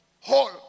Whole